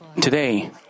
Today